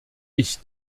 ich